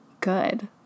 good